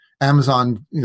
Amazon